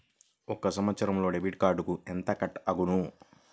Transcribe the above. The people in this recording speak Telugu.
ఒక సంవత్సరంలో డెబిట్ కార్డుకు ఎంత కట్ అగును?